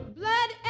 blood